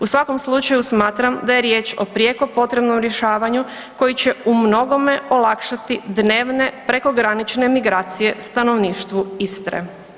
U svakom slučaju smatram da je riječ o prijeko potrebno rješavanju koji će umnogome olakšati dnevne prekogranične migracije stanovništvu Istre.